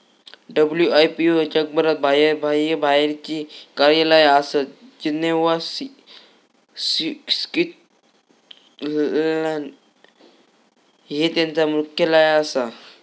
WIPO जगभरात बाह्यबाहेरची कार्यालया आसत, जिनेव्हा, स्वित्झर्लंड हय त्यांचा मुख्यालय आसा